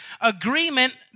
agreement